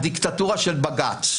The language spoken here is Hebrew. -- הדיקטטורה של בג"ץ.